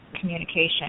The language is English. communication